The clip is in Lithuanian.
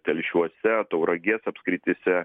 telšiuose tauragės apskrityse